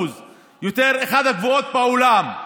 אחת הגבוהות בעולם?